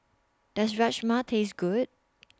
Does Rajma Taste Good